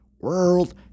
World